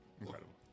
Incredible